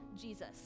Jesus